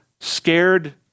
scared